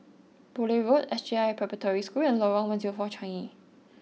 Poole Road S J I Preparatory School and Lorong one zero four Changi